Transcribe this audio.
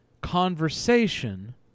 conversation